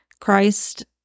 Christ